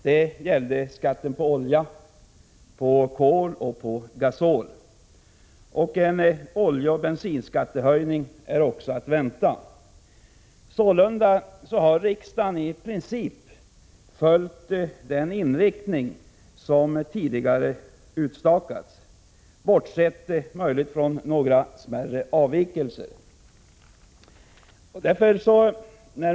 Det gällde skatten på olja, på kol och på gasol. En oljeoch bensinskattehöjning är också att vänta. Sålunda har riksdagen i princip följt den inriktning som tidigare angivits, bortsett möjligtvis från några smärre avvikelser.